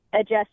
Adjust